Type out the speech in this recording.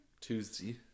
Tuesday